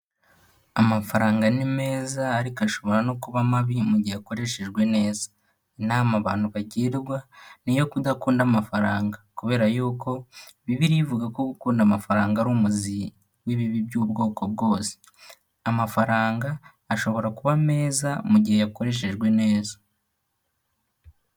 Amafaranga ni meza ariko ashobora no kuba mabi gihe akoreshejwe neza, inama abantu bagirwa ni iyo kudakunda amafaranga, kubera yuko bibiliya ivuga ko gukunda amafaranga ari umuzi w'ibibi by'ubwoko bwose, amafaranga ashobora kuba meza mu gihe yakoreshejwe neza.